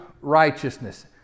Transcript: righteousness